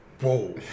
whoa